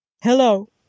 Hello